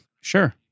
Sure